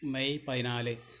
May പതിനാല്